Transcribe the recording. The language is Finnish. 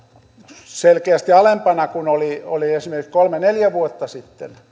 selkeästi alempana kuin oli esimerkiksi kolme neljä vuotta sitten